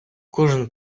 кожен